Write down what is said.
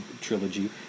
trilogy